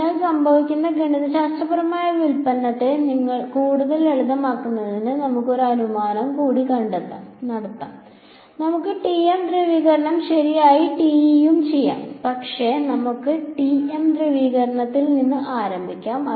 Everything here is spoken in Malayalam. അതിനാൽ സംഭവിക്കുന്ന ഗണിതശാസ്ത്രപരമായ വ്യുൽപ്പന്നത്തെ കൂടുതൽ ലളിതമാക്കുന്നതിന് നമുക്ക് ഒരു അനുമാനം കൂടി നടത്താം നമുക്ക് TM ധ്രുവീകരണം ശരിയാക്കാം TE യും ചെയ്യാം പക്ഷേ നമുക്ക് TM ധ്രുവീകരണത്തിൽ നിന്ന് ആരംഭിക്കാം